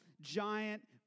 giant